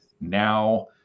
now